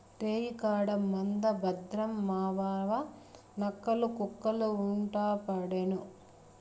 రేయికాడ మంద భద్రం మావావా, నక్కలు, కుక్కలు యెంటపడేను